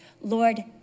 Lord